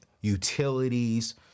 utilities